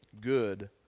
good